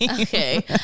okay